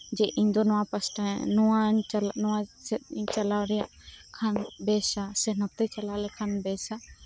ᱡᱮ ᱤᱧᱫᱚ ᱱᱚᱣᱟ ᱯᱟᱥᱴᱟ ᱱᱚᱣᱟᱥᱮᱫ ᱪᱟᱞᱟᱣ ᱨᱮᱭᱟᱜ ᱵᱮᱥ ᱥᱮ ᱱᱚᱛᱮ ᱪᱟᱞᱟᱣ ᱞᱮᱱᱠᱷᱟᱱ ᱵᱮᱥᱟ